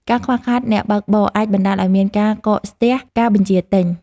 ការខ្វះខាតអ្នកបើកបរអាចបណ្ដាលឱ្យមានការកកស្ទះការបញ្ជាទិញ។